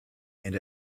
and